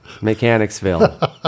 Mechanicsville